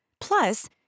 Plus